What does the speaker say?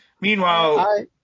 Meanwhile